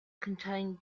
contain